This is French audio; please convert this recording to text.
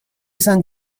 saint